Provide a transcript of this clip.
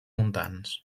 muntants